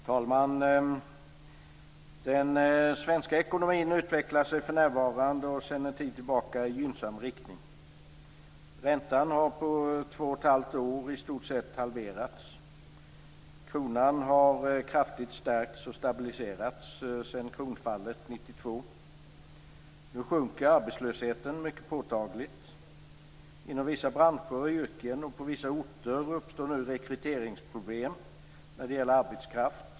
Fru talman! Den svenska ekonomin utvecklar sig för närvarande och sedan en tid tillbaka i gynnsam riktning. Räntan har på två och ett halvt år i stort sett halverats. Kronan har kraftigt stärkts och stabiliserats sedan kronfallet 1992. Nu sjunker arbetslösheten mycket påtagligt. Inom vissa branscher och yrken och på vissa orter uppstår nu rekryteringsproblem när det gäller arbetskraft.